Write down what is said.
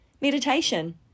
Meditation